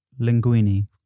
Linguini